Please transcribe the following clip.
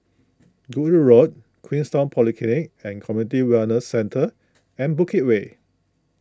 Goodwood Road Queenstown Polyclinic and Community Wellness Centre and Bukit Way